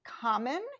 common